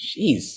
Jeez